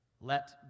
Let